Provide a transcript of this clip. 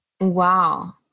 Wow